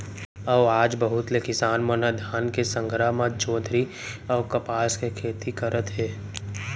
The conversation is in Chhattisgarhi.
अउ आज बहुत ले किसान मन ह धान के संघरा म जोंधरी अउ कपसा के खेती करत हे